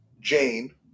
Jane